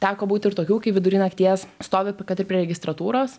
teko būt ir tokių kai vidury nakties stovi kad ir prie registratūros